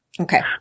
Okay